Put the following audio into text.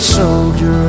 soldier